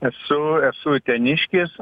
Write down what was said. esu esu uteniškis